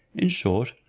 in short,